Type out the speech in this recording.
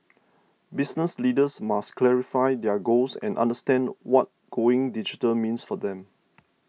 business leaders must clarify their goals and understand what going digital means for them